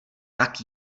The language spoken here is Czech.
tak